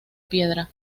piedra